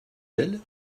d’elle